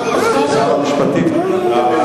מחר עוד פעם.